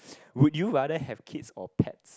would you rather have kids or pets